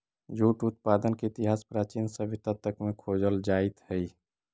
jute उत्पादन के इतिहास प्राचीन सभ्यता तक में खोजल जाइत हई